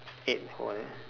eight hold on uh